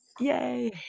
Yay